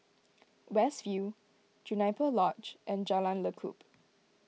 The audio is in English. West View Juniper Lodge and Jalan Lekub